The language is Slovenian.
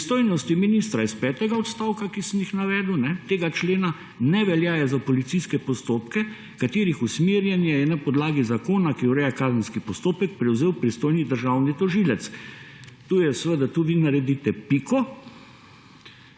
»pristojnosti ministra iz petega odstavka«, ki sem jih navedel,« tega člena ne veljajo za policijske postopke, katerih usmerjanje je na podlagi zakona, ki ureja kazenski postopek, prevzel pristojni državni tožilec«. Tu vi naredite piko